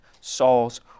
Saul's